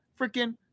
freaking